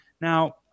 Now